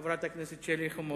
גם חברת הכנסת שלי יחימוביץ.